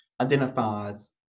identifies